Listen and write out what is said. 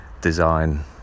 Design